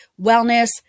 wellness